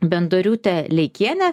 bendoriūte leikiene